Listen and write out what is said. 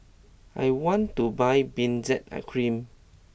I want to buy Benzac I Cream